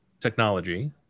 technology